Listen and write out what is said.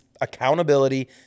accountability